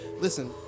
listen